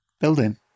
building